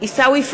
עיסאווי פריג'